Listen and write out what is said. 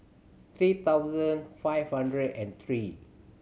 three thousand five hundred and three